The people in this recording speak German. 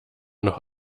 noch